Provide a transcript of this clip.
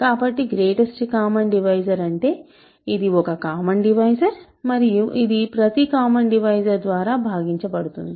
కాబట్టి greatest common divisor అంటే ఇది ఒక కామన్ డివైజర్ మరియు ఇది ప్రతి కామన్ డివైజర్ ద్వారా భాగించబడుతుంది